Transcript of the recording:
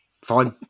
fine